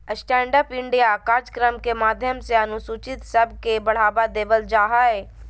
stand up India कार्यक्रम के माध्यम से अनुसूचित सब के बढ़ावा देवल जा हय